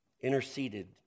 interceded